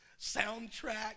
soundtrack